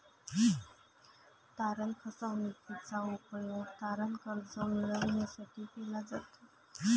तारण फसवणूकीचा उपयोग तारण कर्ज मिळविण्यासाठी केला जातो